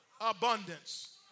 abundance